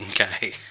Okay